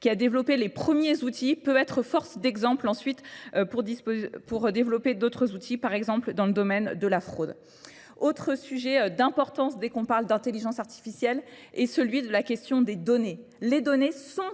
qui a développé les premiers outils peut être force d'exemple ensuite pour développer d'autres outils par exemple dans le domaine de la fraude. Autre sujet d'importance dès qu'on parle d'intelligence artificielle est celui de la question des données. Les données sont